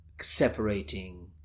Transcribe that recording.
separating